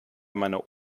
meiner